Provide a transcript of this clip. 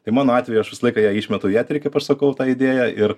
tai mano atveju aš visą laiką ją išmetu į eterį kaip aš sakau tą idėją ir